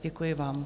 Děkuji vám.